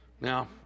Now